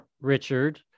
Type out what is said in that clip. Richard